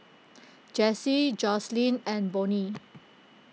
Jessie Joseline and Bonny